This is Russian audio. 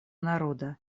народа